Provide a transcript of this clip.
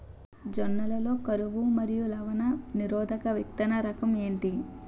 జొన్న లలో కరువు మరియు లవణ నిరోధక విత్తన రకం ఏంటి?